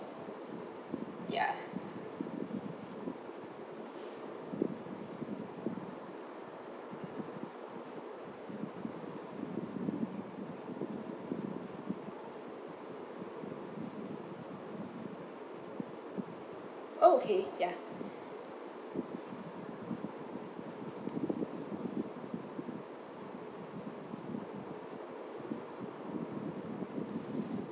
ya oh okay ya